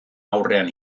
aurrean